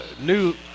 new